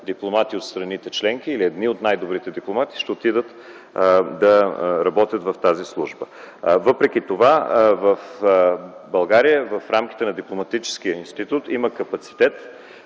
дипломати от страните членки или едни от най-добрите дипломати ще отидат да работят в тази служба. Въпреки това в България, в рамките на Дипломатическия институт има капацитет,